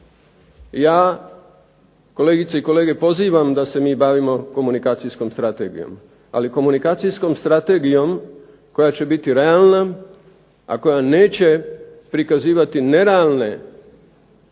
ja, kolegice i kolege, pozivam da se mi bavimo komunikacijskom strategijom, ali komunikacijskom strategijom koja će biti realna, a koja neće prikazivati nerealne projekcije